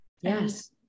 Yes